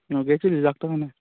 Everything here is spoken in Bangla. ও গেছিলি ডাক্তারখানা